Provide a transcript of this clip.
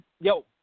yo